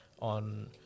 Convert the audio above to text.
on